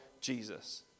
Jesus